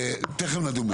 תכף נדון בזה.